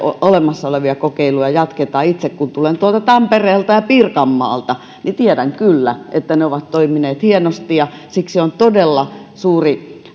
olemassa olevia kokeiluja jatketaan itse kun tulen tuolta tampereelta ja pirkanmaalta tiedän kyllä että ne ovat toimineet hienosti ja siksi on todella suuri